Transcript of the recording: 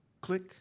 click